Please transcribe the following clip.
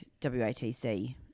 WATC